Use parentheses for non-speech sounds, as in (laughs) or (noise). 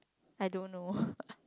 I don't know (breath) (laughs)